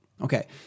Okay